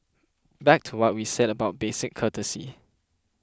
back to what we said about basic courtesy